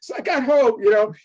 so i got home, you know,